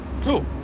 Cool